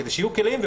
כדי שיהיו כלים,